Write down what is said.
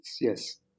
yes